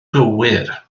gywir